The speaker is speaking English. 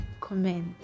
comment